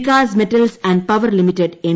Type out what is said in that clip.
Vikas metals and power limited M